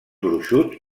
gruixut